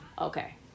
okay